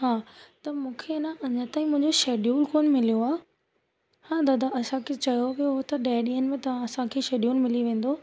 हा त मूंखे न अञा ताईं मुंहिंजे शेड्यूल कोन मिलियो आहे हा दादा असांखे चयो वियो हो त ॾह ॾींहंनि में तव्हां असांखे शेड्यूल मिली वेंदो